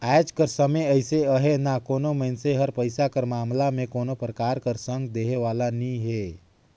आएज कर समे अइसे अहे ना कोनो मइनसे हर पइसा कर मामला में कोनो परकार कर संग देहे वाला नी हे